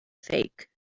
fake